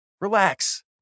Relax